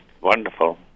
wonderful